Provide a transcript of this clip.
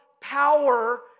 power